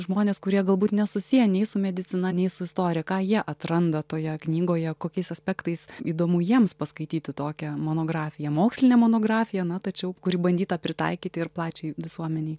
žmonės kurie galbūt nesusiję nei su medicina nei su istorija ką jie atranda toje knygoje kokiais aspektais įdomu jiems paskaityti tokią monografiją mokslinę monografiją na tačiau kuri bandyta pritaikyti ir plačiajai visuomenei